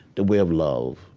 the way of love,